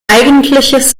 eigentliches